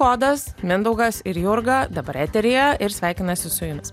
kodas mindaugas ir jurga dabar eteryje ir sveikinasi su jumis